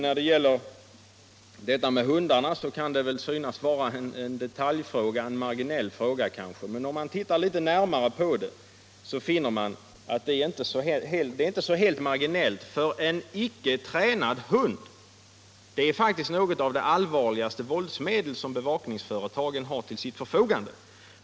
Vad gäller hundarna kan väl den frågan synas vara marginell, men ser man litet närmare på den, finner man att saken inte är så obetydlig, för en icke tränad hund är faktiskt något av det allvarligaste våldsmedel som bevakningsföretagen har till sitt förfogande.